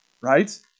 right